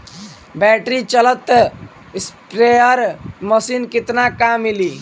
Battery चलत sprayer machine कितना क मिली?